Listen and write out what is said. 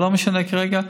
אבל לא משנה כרגע.